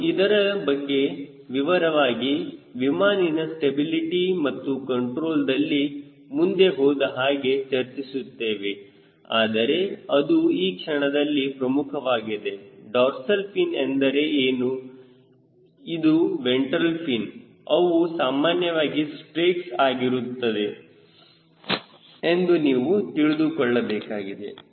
ನಾವು ಇದರ ಬಗ್ಗೆ ವಿವರವಾಗಿ ವಿಮಾನಿನ ಸ್ಟೆಬಿಲಿಟಿ ಮತ್ತು ಕಂಟ್ರೋಲ್ದಲ್ಲಿ ಮುಂದೆ ಹೋದಹಾಗೆ ಚರ್ಚಿಸುತ್ತೇವೆ ಆದರೆ ಅದು ಈ ಕ್ಷಣದಲ್ಲಿ ಪ್ರಮುಖವಾಗಿದೆ ಡಾರ್ಸಲ್ ಫಿನ್ ಎಂದರೆ ಏನು ಇದು ವೆಂಟ್ರಲ್ ಫಿನ್ ಅವು ಸಾಮಾನ್ಯವಾಗಿ ಸ್ಟ್ರೇಕ್ಸ್ ಆಗಿರುತ್ತದೆ ಎಂದು ನೀವು ತಿಳಿದುಕೊಳ್ಳಬೇಕಾಗಿದೆ